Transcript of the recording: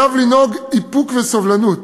עליו לנהוג איפוק וסובלנות